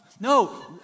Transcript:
No